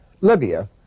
Libya